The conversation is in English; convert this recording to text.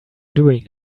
doing